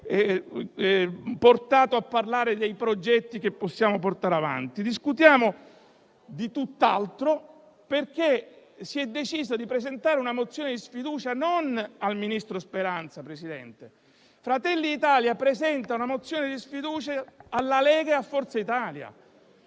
spinto a parlare dei progetti che possiamo portare avanti. Discutiamo di tutt'altro perché si è deciso di presentare una mozione di sfiducia non al ministro Speranza: Fratelli d'Italia presenta una mozione di sfiducia alla Lega e a Forza Italia.